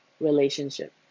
relationship